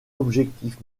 objectif